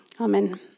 Amen